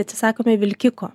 atsisakome vilkiko